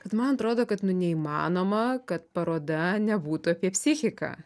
kad man atrodo kad neįmanoma kad paroda nebūtų apie psichiką